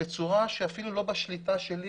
בצורה שאפילו לא בשליטה שלי,